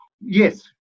yes